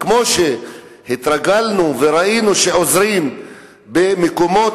כמו שהתרגלנו וראינו שעוזרים במקומות